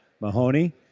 Mahoney